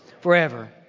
forever